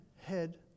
head